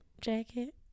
jacket